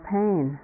pain